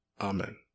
Amen